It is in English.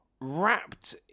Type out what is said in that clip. wrapped